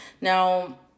Now